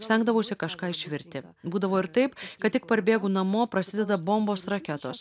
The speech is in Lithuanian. stengdavausi kažką išvirti būdavo ir taip kad tik parbėgu namo prasideda bombos raketos